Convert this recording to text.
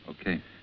Okay